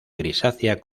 grisácea